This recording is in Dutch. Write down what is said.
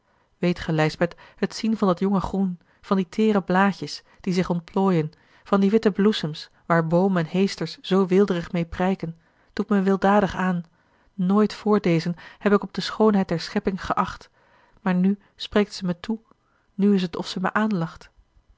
weet ge lijsbeth het zien van dat jonge groen van die teêre blaadjes die zich ontplooien van die witte bloesems waar boom en heesters zoo weelderig meê prijken doet me weldadig aan nooit voordezen heb ik op de schoonheid der schepping geacht maar n spreekt ze mij toe nu is t of zij mij aanlacht